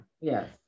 Yes